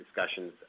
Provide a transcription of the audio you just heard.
discussions